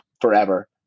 forever